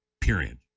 period